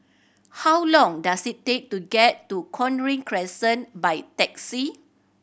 how long does it take to get to Cochrane Crescent by taxi